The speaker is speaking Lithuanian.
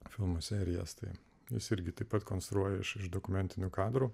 filmų serijas tai jis irgi taip pat konstruoja iš dokumentinių kadrų